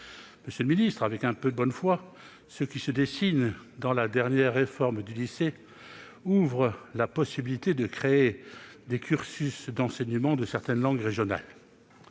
Monsieur le ministre, avec un peu de bonne foi, ce qui se dessine dans la dernière réforme du lycée ouvre la possibilité de créer des cursus d'enseignement de certaines langues régionales.